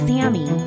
Sammy